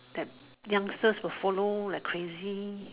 that youngsters will follow like crazy